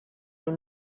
nhw